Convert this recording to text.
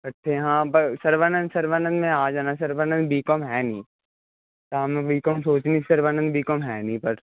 ਇਕੱਠੇ ਹਾਂ ਪਰ ਸਰਵਾਨੰਦ ਸਰਵਾਨੰਦ ਮੈਂ ਆ ਜਾਣਾ ਸਰਵਾਨੰਦ ਬੀਕੌਮ ਹੈ ਨਹੀਂ ਤਾਂ ਮੈਂ ਬੀਕੋਮ ਸੋਚ ਲਈ ਸਰਵਾਨੰਦ ਬੀਕੌਮ ਹੈ ਨਹੀਂ ਪਰ